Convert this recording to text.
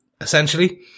essentially